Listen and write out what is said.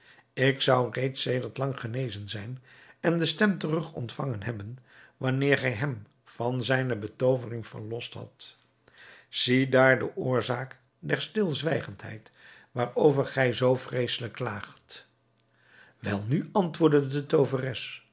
ik zou reeds sedert lang genezen zijn en de stem terug ontvangen hebben wanneer gij hem van zijne betoovering verlost hadt ziedaar de oorzaak der stilzwijgendheid waarover gij zoo vreeselijk klaagt welnu antwoordde de tooveres